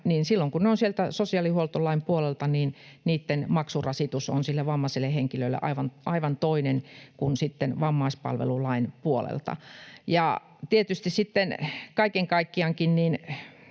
silloin, kun ne ovat sieltä sosiaalihuoltolain puolelta, on sille vammaiselle henkilölle aivan toinen kuin sitten vammaispalvelulain puolelta. Tietysti sitten kaiken kaikkiaankin